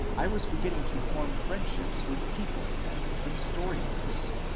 i was be ginning to form friendships with people met in story-books.